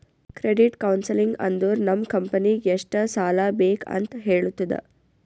credit counselling ಅಂದುರ್ ನಮ್ ಕಂಪನಿಗ್ ಎಷ್ಟ ಸಾಲಾ ಬೇಕ್ ಅಂತ್ ಹೇಳ್ತುದ